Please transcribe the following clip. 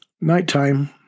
Nighttime